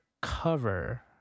cover